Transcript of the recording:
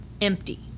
Empty